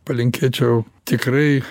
palinkėčiau tikrai